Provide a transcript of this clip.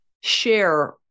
share